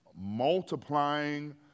multiplying